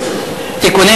סעיף